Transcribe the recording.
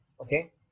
Okay